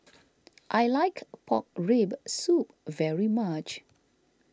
I like Pork Rib Soup very much